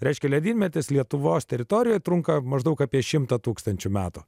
reiškia ledynmetis lietuvos teritorijoje trunka maždaug apie šimtą tūkstančių metų